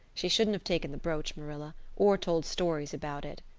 she shouldn't have taken the brooch, marilla, or told stories about it,